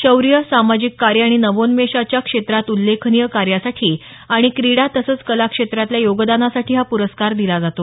शौर्य सामाजिक कार्य आणि नवोन्मेषाच्या क्षेत्रात उल्लेखनीय कार्यासाठी आणि क्रिडा तसंच कला क्षेत्रातल्या योगदानासाठी हा पुरस्कार दिला जातो